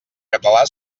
català